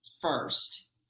first